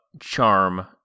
charm